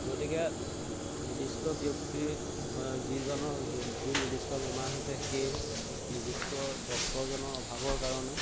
গতিকে নিৰ্দিষ্ট ব্যক্তি যিজনৰ যি নিৰ্দিষ্ট বেমাৰ হৈছে সেই নিৰ্দিষ্ট ডক্তৰজনৰ অভাৱৰ কাৰণে